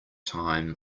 time